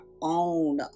own